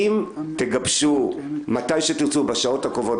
אם תגבשו מתי שתרצו בשעות הקרובות,